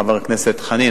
חבר הכנסת חנין,